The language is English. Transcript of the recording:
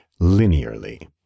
linearly